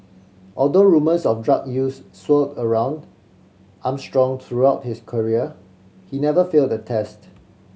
although rumours of drug use swirled around Armstrong throughout his career he never failed a test